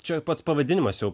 čia pats pavadinimas jau